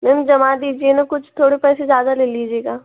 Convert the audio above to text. ma'am जमा दीजिए न कुछ थोड़े पैसे ज़्यादा ले लीजिएगा